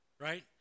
right